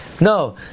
No